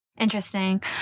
Interesting